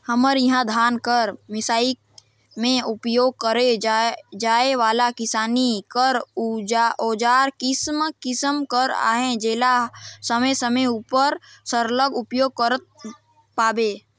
हमर इहा धान कर मिसई मे उपियोग करे जाए वाला किसानी कर अउजार किसिम किसिम कर अहे जेला समे समे उपर सरलग उपियोग करत पाबे